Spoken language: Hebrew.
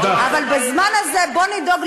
אבל שנייה, שנייה.